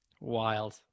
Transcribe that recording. Wild